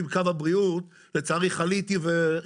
לצערי חליתי והתרסקתי.